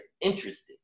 interested